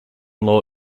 law